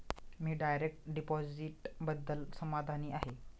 मी direct डिपॉझिटबद्दल समाधानी आहे